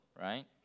right